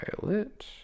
pilot